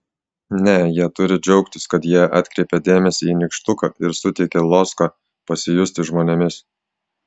ne jie turi džiaugtis kad jie atkreipia dėmesį į nykštuką ir suteikia loską pasijusti žmonėmis